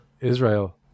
israel